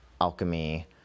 alchemy